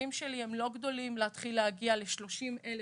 התקציבים שלי הם לא גדולים להתחיל להגיע ל-30,000